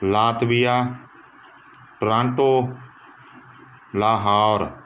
Latvia Toronto Lahore